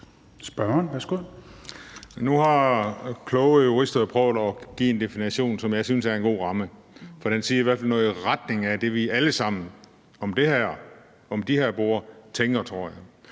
Nu har kloge jurister jo prøvet at give en definition, som jeg synes er en god ramme, for den siger i hvert fald noget i retning af det, vi alle sammen omkring de her borde tænker, tror jeg.